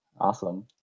Awesome